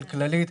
כללית.